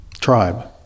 tribe